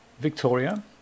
Victoria